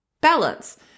balance